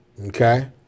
okay